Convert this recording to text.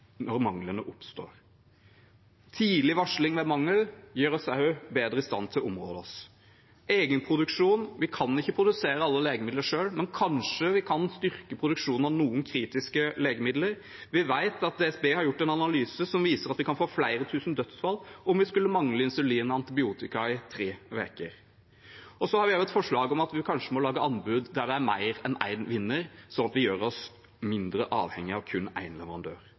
når manglene oppstår. Tidlig varsling ved mangel gjør oss også bedre i stand til å områ oss. Egenproduksjon – vi kan ikke produsere alle legemidler selv, men vi kan kanskje styrke produksjonen av noen kritiske legemidler. Direktoratet for samfunnssikkerhet og beredskap, DSB, har gjort en analyse som viser at vi kan få flere tusen dødsfall om vi skulle mangle insulin og antibiotika i tre uker. Vi har også et forslag om at vi kanskje må lage anbud der det er mer enn én vinner, slik at vi gjør oss mindre avhengige av kun én leverandør.